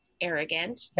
arrogant